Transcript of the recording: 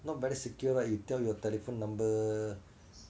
not very secure eh you tell your telephone number